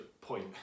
point